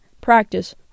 practice